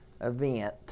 event